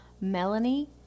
melanie